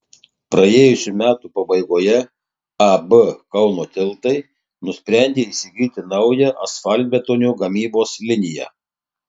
praėjusių metų pabaigoje ab kauno tiltai nusprendė įsigyti naują asfaltbetonio gamybos liniją